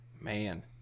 Man